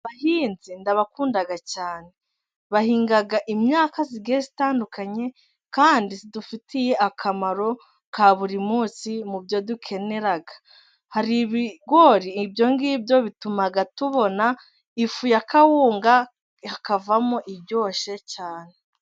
Abahinzi ndabakunda cyane, bahinga imyaka igiye itandukanye, kandi idufitiye akamaro ka buri munsi. Mu byo dukenera hari ibigori, ibyo ngibyo bituma tubona ifu ya kawunga, hakavamo iryoshye cyane.